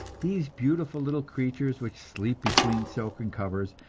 these beautiful little creatures, which sleep between silken covers,